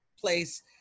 place